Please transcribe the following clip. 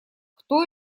кто